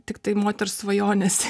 tiktai moters svajonėse